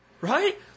Right